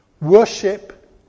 Worship